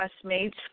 classmates